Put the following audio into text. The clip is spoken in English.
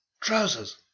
Trousers